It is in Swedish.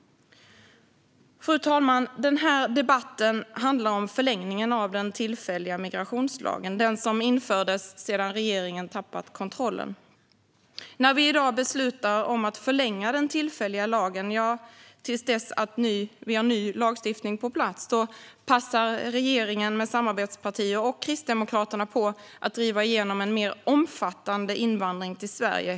Fru talman! Den här debatten handlar om en förlängning av den tillfälliga migrationslagen, som infördes sedan regeringen tappat kontrollen. När vi i dag beslutar om att förlänga den tillfälliga lagen, tills vi har en ny lagstiftning på plats, passar regeringen med samarbetspartier och Kristdemokraterna på att driva igenom en mer omfattande invandring till Sverige.